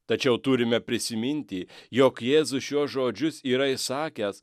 tačiau turime prisiminti jog jėzus šiuos žodžius yra išsakęs